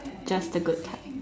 just the good time